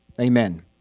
Amen